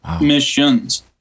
missions